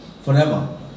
forever